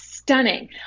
Stunning